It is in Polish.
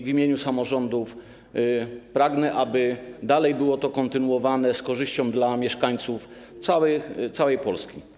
W imieniu samorządów proszę, aby dalej było to kontynuowane z korzyścią dla mieszkańców całej Polski.